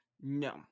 No